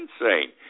insane